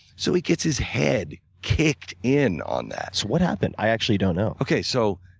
so he gets his head kicked in on that. so what happened? i actually don't know. okay, so